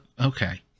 Okay